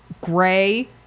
gray